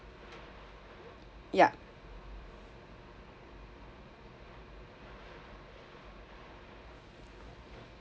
ya